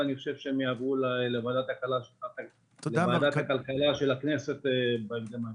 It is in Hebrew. אני חושב שהן יעברו לוועדת הכלכלה של הכנסת בהקדם האפשרי.